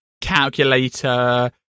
Calculator